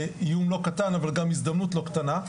איום לא קטן אבל גם הזדמנות לא קטנה,